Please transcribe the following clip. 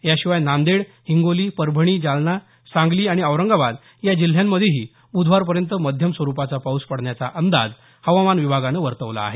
याशिवाय नांदेड हिंगोली परभणी जालना सांगली आणि औरंगाबाद या जिल्ह्यांमध्येही ब्धवारपर्यंत मध्यम स्वरुपाचा पाऊस पडण्याचा अंदाज हवामान विभागानं वर्तवला आहे